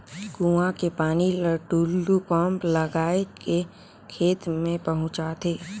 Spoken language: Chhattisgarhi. कुआं के पानी ल टूलू पंप लगाय के खेत में पहुँचाथे